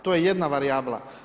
To je jedna varijabla.